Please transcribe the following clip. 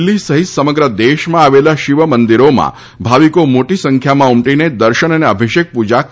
દિલ્ફીમાં સહિત સમગ્ર દેશમાં આવેલા શિવ મંદિરોમાં ભાવિકો મોટી સંખ્યામાં ઉમટીને દર્શન અને અભિષેક પૂજા કરી રહ્યા છે